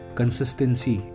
consistency